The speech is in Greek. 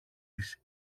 της